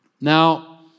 Now